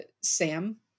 Sam